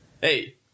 Hey